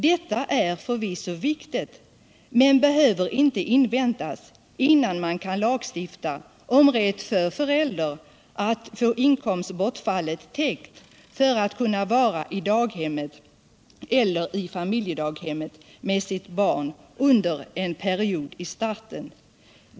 Detta är förvisso viktigt, men behöver inte inväntas innan man lagstiftar om rätt för föräldrar att få inkomstbortfallet täckt för att kunna vara i daghemmet eller i familjedaghemmet med sitt barn under en period i starten.